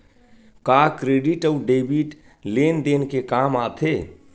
का क्रेडिट अउ डेबिट लेन देन के काम आथे?